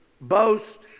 boast